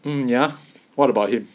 mm ya what about it